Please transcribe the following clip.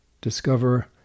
discover